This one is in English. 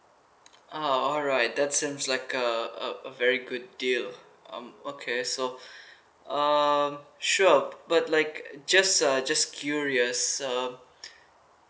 ah alright that seems like a uh a very good deal um okay so um sure but like just uh just curious um